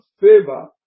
favor